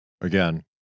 again